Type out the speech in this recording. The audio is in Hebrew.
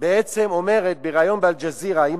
בעצם אומרת בריאיון ב"אל-ג'זירה" היא